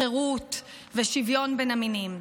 חירות ושוויון בין המינים.